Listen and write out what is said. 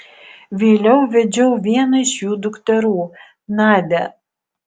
vėliau vedžiau vieną iš jų dukterų nadią